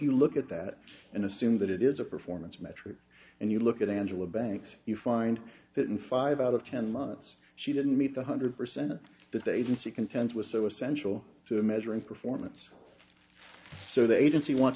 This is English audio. you look at that and assume that it is a performance metric and you look at angela banks you find that in five out of ten months she didn't meet one hundred percent that the agency contends was so essential to measuring performance so the agency wants